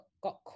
got